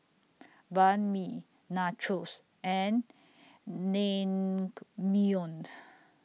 Banh MI Nachos and Naengmyeon